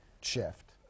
shift